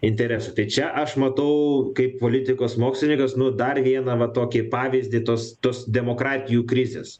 interesų tai čia aš matau kaip politikos mokslininkas nu dar vieną va tokį pavyzdį tos tos demokratijų krizės